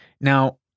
now